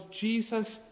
Jesus